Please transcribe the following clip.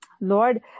Lord